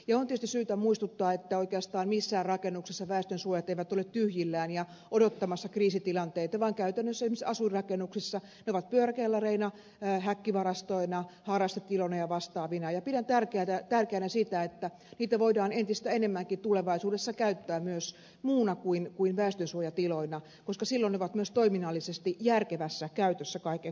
on tietysti syytä muistuttaa että oikeastaan missään rakennuksessa väestönsuojat eivät ole tyhjillään ja odottamassa kriisitilanteita vaan käytännössä esimerkiksi asuinrakennuksissa ne ovat pyöräkellareina häkkivarastoina harrastetiloina ja vastaavina ja pidän tärkeänä sitä että niitä voidaan entistä enemmänkin tulevaisuudessa käyttää myös muuna kuin väestönsuojatiloina koska silloin ne ovat myös toiminnallisesti järkevässä käytössä kaiken kaikkiaan